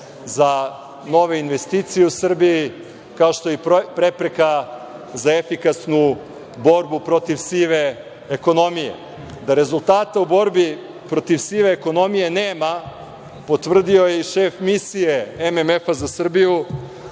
za nove investicije u Srbiji kao što je i prepreka za efikasnu borbu protiv sive ekonomije. Da rezultata u borbi protiv sive ekonomije nema potvrdio je i šef Misije MMF-a za Srbiju,